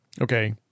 okay